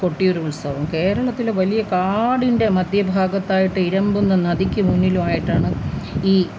കൊട്ടിയൂരുത്സവം കേരളത്തിലെ വലിയ കാടിൻ്റെ മദ്ധ്യഭാഗത്തായിട്ട് ഇരമ്പുന്ന നദിക്ക് മുന്നിലുമായിട്ടാണ് ഈ